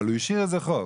אבל השאיר איזה חוב.